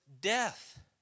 death